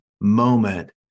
moment